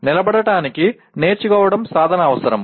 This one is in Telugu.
నిలబడటానికి నేర్చుకోవడం సాధన అవసరం